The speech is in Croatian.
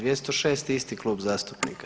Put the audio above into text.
206. isti klub zastupnika.